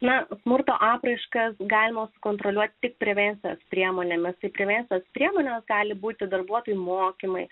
ne smurto apraiškas galima kontroliuoti prevencinėmis priemonėmis į minėtas priemones gali būti darbuotojų mokymai